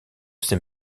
ces